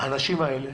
האנשים האלה